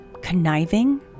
conniving